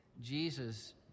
Jesus